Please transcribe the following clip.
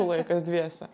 laikas dviese